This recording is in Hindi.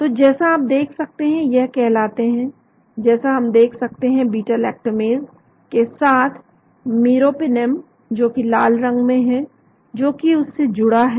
तो जैसा आप देख सकते हैं यह कहलाते हैं जैसा हम देख सकते हैं बीटा लैकटमेज के साथ मीरोपिनेम जो कि लाल रंग में है जो कि उससे जुड़ा है